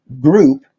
group